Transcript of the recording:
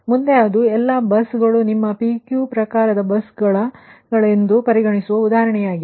ಮುಂದೆ ಇದು ಎಲ್ಲಾ ಬಸ್ಗಳು ನಿಮ್ಮ PQ ಪ್ರಕಾರದ ಬಸ್ಗಳು ಎಂದು ನಾನು ಪರಿಗಣಿಸುವ ಉದಾಹರಣೆಯಾಗಿದೆ